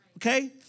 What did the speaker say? Okay